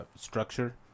structure